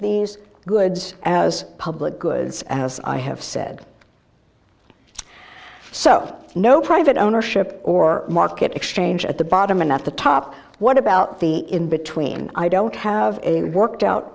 these goods as public goods as i have said so no private ownership or market exchange at the bottom and at the top what about the in between i don't have a worked out